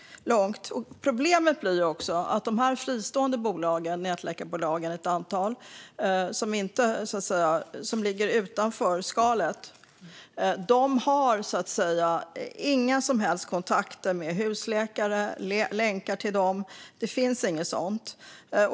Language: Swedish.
Problemet blir också att ett antal av de fristående nätläkarbolag som ligger utanför skalet inte har någon som helst kontakt med eller länkar till husläkare. Det finns inget sådant.